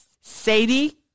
Sadie